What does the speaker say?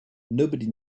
nobody